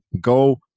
go